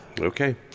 Okay